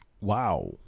Wow